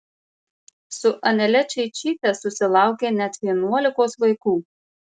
su anele čeičyte susilaukė net vienuolikos vaikų